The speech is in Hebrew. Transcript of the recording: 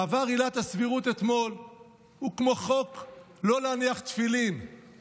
מעבר עילת הסבירות אתמול הוא כמו חוק לא להניח תפילין,